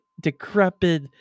decrepit